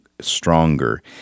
stronger